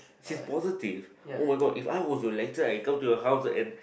she's positive oh my god if I was your lecturer I come to your house and